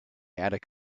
attic